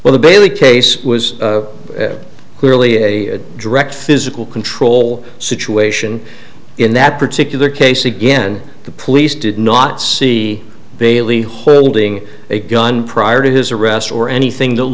where the bailey case was clearly a direct physical control situation in that particular case again the police did not see bailey holding a gun prior to his arrest or anything th